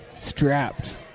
Strapped